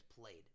played